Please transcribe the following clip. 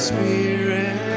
Spirit